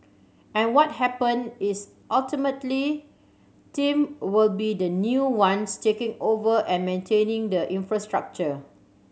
and what happen is ultimately team will be the new ones taking over and maintaining the infrastructure